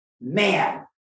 man